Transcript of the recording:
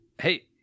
Hey